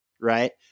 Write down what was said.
Right